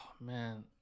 man